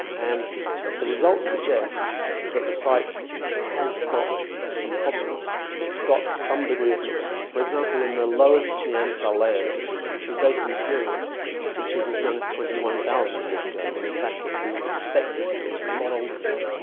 and the results suggest that the site has got some problems, it's got some degree of mixing. for example, in the lowest neanderthal layers with dated material which is as young as twenty one thousand years ago when in fact we would expect it to be a lot older than that.